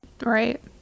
Right